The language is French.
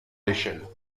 l’échelle